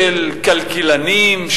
של כלכלנים,